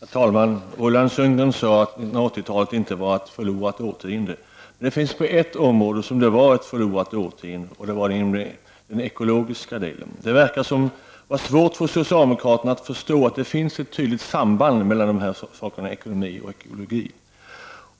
Herr talman! Roland Sundgren sade att 1980-talet inte var ett förlorat årtionde. Men det finns ett område där det var ett förlorat årtionde, nämligen den ekologiska delen. Det verkar som om det är svårt för socialdemokraterna att förstå att det finns ett tydligt samband mellan ekonomi och ekologi.